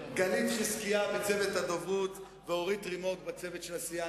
גלית חזקיה בצוות הדוברות ואורית רימוק בצוות של הסיעה.